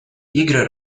игры